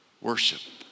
Worship